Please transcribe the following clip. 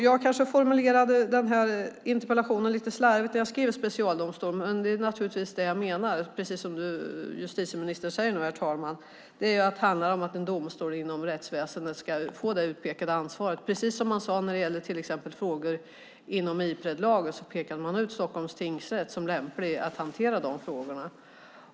Jag kanske formulerade den här interpellationen lite slarvigt. Jag skrev specialdomstol, men jag menar naturligtvis precis det som justitieministern säger, herr talman, att det handlar om att en domstol inom rättsväsendet ska få det utpekade ansvaret, precis som man sade när det gäller till exempel frågor inom Ipredlagen. Då pekade man ut Stockholms tingsrätt som lämplig att hantera de frågorna.